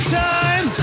time